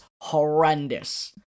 horrendous